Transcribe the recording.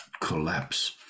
collapse